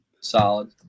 Solid